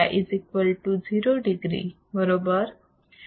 आता Aβ0 degree बरोबर